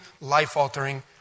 life-altering